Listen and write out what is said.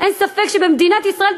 אין ספק שבמדינת ישראל,